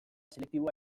selektiboa